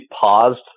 paused